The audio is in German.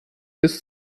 bis